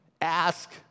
Ask